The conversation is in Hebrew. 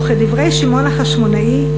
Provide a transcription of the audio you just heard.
וכדברי שמעון החשמונאי: